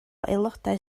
aelodau